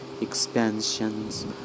expansions